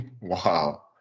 Wow